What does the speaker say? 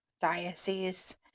diocese